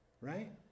Right